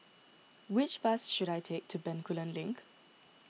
which bus should I take to Bencoolen Link